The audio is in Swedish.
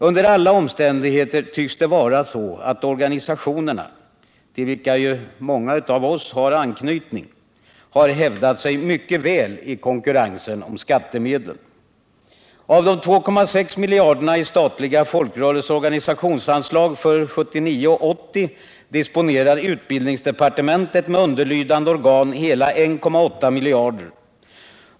Under alla omständigheter tycks det vara så att organisationerna — till vilka många av oss har anknytning — har hävdat sig mycket väl i konkurrensen om skattemedlen. Av de 2,6 miljarderna i statliga folkrörelseoch organisationsanslag för 1979/80 disponerar utbildningsdepartementet med underlydande organ hela 1,8 miljarder.